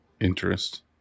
interest